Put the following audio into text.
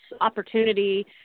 opportunity